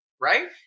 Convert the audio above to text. right